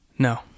no